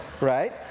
right